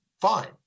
fine